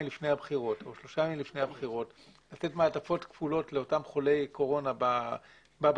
או שלושה לפני הבחירות ולתת מעטפות כפולות לאותם חולי קורונה בבתים,